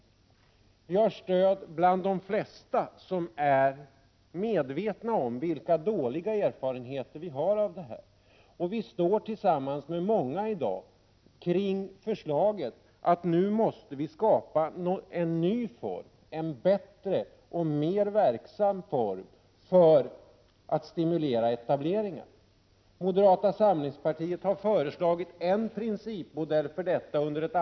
Det är faktiskt så, att de flesta som är medvetna om de dåliga erfarenheter vi har på detta område stöder oss. Vi är i dag många som ansluter oss till förslaget om en ny form, en bättre och mera verksam form, när det gäller att stimulera etableringar. Vi i moderata samlingspartiet har under ett antal år lagt fram förslag om en principmodell i detta avseende.